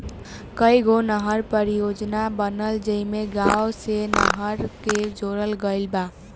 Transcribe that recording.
कईगो नहर परियोजना बनल जेइमे गाँव से नहर के जोड़ल गईल बा